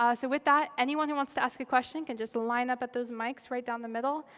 ah so with that, anyone who wants to ask question can just line up at those mics right down the middle.